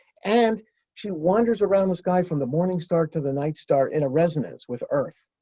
and she wanders around the sky from the morning start to the night start in a resonance with earth.